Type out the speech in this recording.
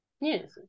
Yes